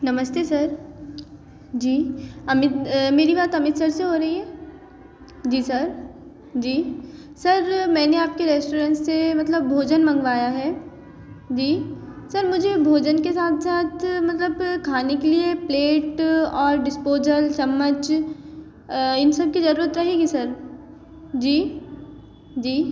नमस्ते सर जी अमित मेरी बात अमित सर से हो रही है जी सर जी सर मैंने आपके रेस्टोरेंट से मतलब भोजन मंगवाया है जी सर मुझे भोजन के साथ साथ मतलब खाने के लिए प्लेट और डिस्पोजल चम्मच इन सबकी जरुरत रहेगी सर जी जी